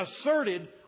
asserted